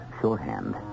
shorthand